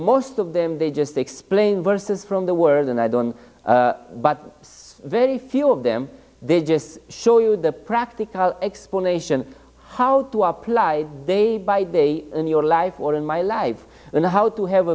most of them they just explain verses from the world and i don't but very few of them they just show you the practical explanation of how to apply day by day in your life or in my lives and how to have